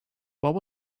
what